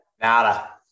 Nada